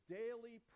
daily